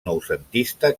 noucentista